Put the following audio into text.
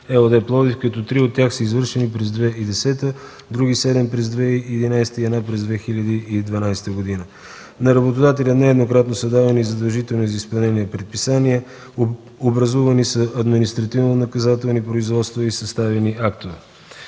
ЕООД, Пловдив, като три от тях са извършени през 2010 г., други седем – през 2011 г. и една през 2012 г. На работодателя нееднократно са давани задължителни за изпълнение предписания. Образувани са административнонаказателни производства и са съставяни актове.